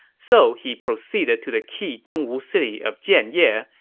so he proceeded to the key dongwu city of jianye,